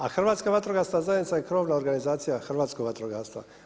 A Hrvatska vatrogasna zajednica je krovna organizacija hrvatskog vatrogastva.